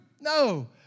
No